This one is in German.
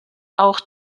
auch